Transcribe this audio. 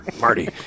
Marty